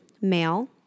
Male